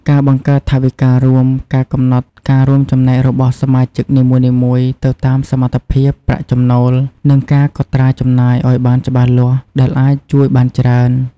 ការបង្កើតថវិការួម ការកំណត់ការរួមចំណែករបស់សមាជិកនីមួយៗទៅតាមសមត្ថភាពប្រាក់ចំណូល និងការកត់ត្រាចំណាយឲ្យបានច្បាស់លាស់ ដែលអាចជួយបានច្រើន។